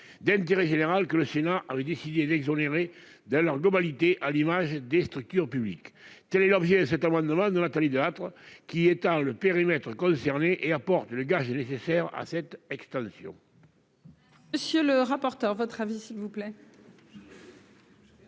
d'intérêt général que le Sénat avait décidé d'exonérer dans leur globalité, à l'image des structures publiques, telle est l'objet, c'est au mois de novembre Nathalie Delattre qui étend le périmètre concerné et apporte les gages nécessaires à cette extension. Monsieur le rapporteur, votre avis s'il vous plaît.